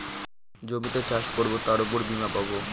জমিতে চাষ করবো তার উপর বীমা পাবো